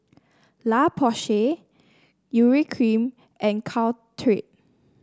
La Roche Porsay Urea Cream and Caltrate